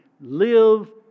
live